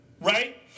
Right